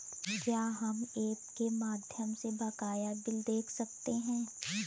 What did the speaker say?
क्या हम ऐप के माध्यम से बकाया बिल देख सकते हैं?